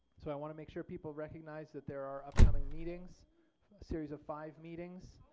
so i want to make sure people recognize that there are upcoming meetings, a series of five meetings.